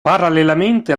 parallelamente